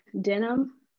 denim